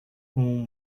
whom